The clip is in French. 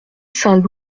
saint